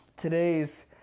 Today's